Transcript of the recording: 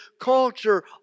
culture